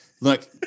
Look